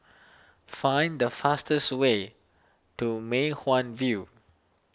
find the fastest way to Mei Hwan View